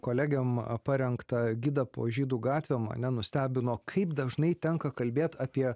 kolegėm parengtą gidą po žydų gatvę mane nustebino kaip dažnai tenka kalbėt apie